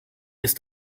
ist